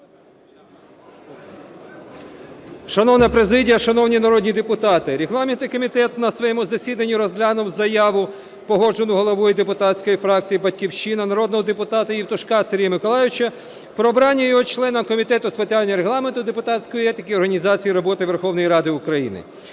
Шановна президія, шановні народні депутати! Регламентний комітет на своєму засідання розглянув заяву, погоджену головою депутатської фракції "Батьківщина", народного депутата Євтушка Сергія Миколайовича про обрання його членом Комітету з питань регламенту, депутатської етики, організації роботи Верховної Ради України.